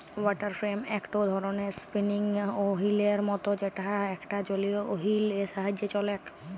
water frame একটো ধরণের spinning ওহীলের মত যেটা একটা জলীয় ওহীল এর সাহায্যে চলেক